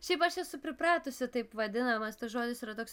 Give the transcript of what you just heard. šiaip aš esu pripratusi taip vadinamas tas žodis yra toks